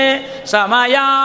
Samaya